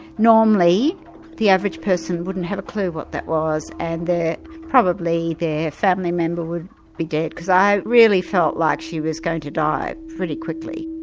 normally the average person wouldn't have a clue what that was, and probably their family member would be dead, because i really felt like she was going to die pretty quickly.